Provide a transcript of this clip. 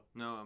no